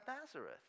Nazareth